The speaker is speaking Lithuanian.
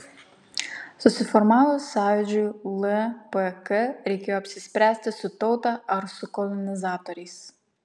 susiformavus sąjūdžiui lpk reikėjo apsispręsti su tauta ar su kolonizatoriais